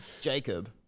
Jacob